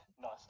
Nice